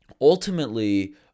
ultimately